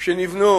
שנבנו